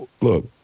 Look